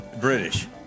British